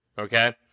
okay